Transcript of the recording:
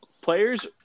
players